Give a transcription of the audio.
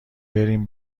بریم